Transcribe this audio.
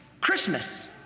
Christmas